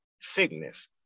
sickness